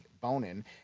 Bonin